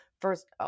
First